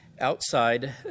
outside